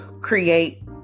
create